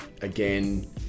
again